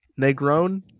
Negron